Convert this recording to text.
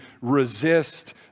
resist